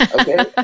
Okay